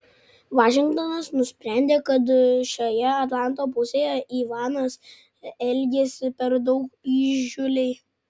vašingtonas nusprendė kad šioje atlanto pusėje ivanas elgiasi per daug įžūliai